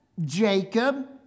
Jacob